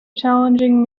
challenging